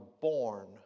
born